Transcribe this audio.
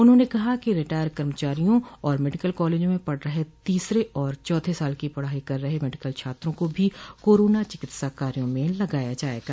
उन्होंने कहा कि रिटायर कर्मचारियों और मेडिकल कॉलेज में पढ़ रहे तीसरे और चौथे साल की पढ़ाई कर रहे मेडिकल छात्रों को भी कोरोना चिकित्सा कार्यो में लगाया जायेगा